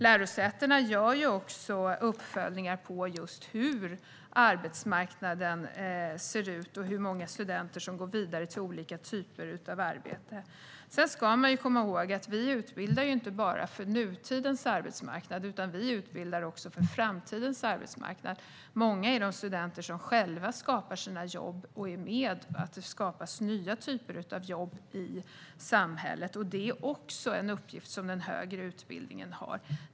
Lärosätena gör också uppföljningar av hur arbetsmarknaden ser ut och hur många studenter som går vidare till olika typer av arbete. Sedan ska man komma ihåg att vi inte bara utbildar för nutidens arbetsmarknad. Vi utbildar också för framtidens arbetsmarknad. Många är de studenter som själva skapar sina jobb och är med om att det skapas nya typer av jobb i samhället. Det är också en uppgift som den högre utbildningen har.